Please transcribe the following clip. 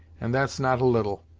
and that's not a little,